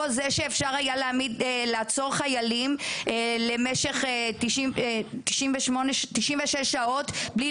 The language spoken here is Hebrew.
או זה שאפשר היה לעצור חיילים למשך 96 שעות בלי